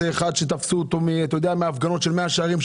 שתפסו אותו מתפרע בהפגנות של מאה שערים.